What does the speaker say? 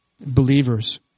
Believers